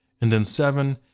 and then seven,